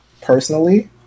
personally